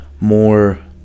more